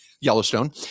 Yellowstone